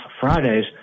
Fridays